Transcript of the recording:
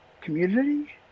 community